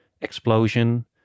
explosion